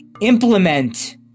Implement